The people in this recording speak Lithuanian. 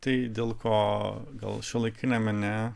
tai dėl ko gal šiuolaikiniam mene